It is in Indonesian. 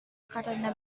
karena